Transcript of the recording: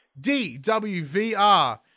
DWVR